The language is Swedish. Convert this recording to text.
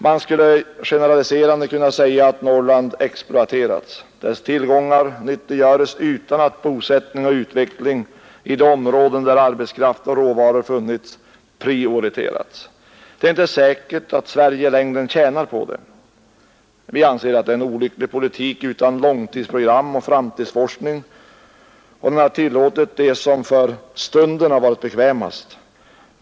Man skulle med en generalisering kunna säga att Norrland har exploaterats — dess tillgångar har utnyttjats utan att bosättning och utveckling har prioriterats i de områden där arbetskraft och råvaror har funnits. Det är inte säkert att Sverige i längden tjänar på detta. Denna olyckliga politik utan långtidsprogram och framtidsforskning har tillåtit det som för stunden varit bekvämast.